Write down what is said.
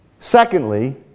Secondly